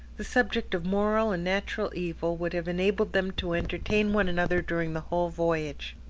the subject of moral and natural evil would have enabled them to entertain one another during the whole voyage.